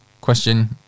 question